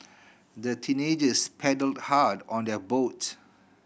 the teenagers paddled hard on their boat